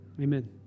amen